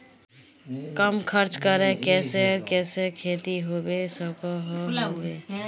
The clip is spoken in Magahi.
कम खर्च करे किसेर किसेर खेती होबे सकोहो होबे?